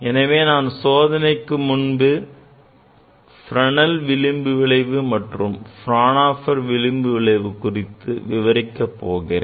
எனவே நான் சோதனைக்கு முன்பே Fresnel விளிம்பு விளைவு மற்றும் Fraunhofer விளிம்பு விளைவு குறித்து விவரிக்கப் போகிறேன்